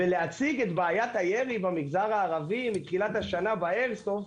להציג את בעיית הירי במגזר הערבי מתחילת השנה באיירסופט,